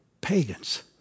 pagans